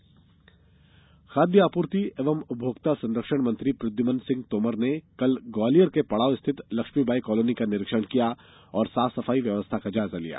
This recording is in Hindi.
स्मार्ट कॉलोनी खाद्य आपूर्ति एवं उपभोक्ता संरक्षण मंत्री प्रद्युमन सिंह तोमर ने कल ग्वालियर में पड़ाव स्थित लक्ष्मीबाई कॉलोनी का निरीक्षण किया और साफ सफाई व्यवस्था का जायजा लिया